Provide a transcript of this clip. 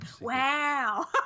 Wow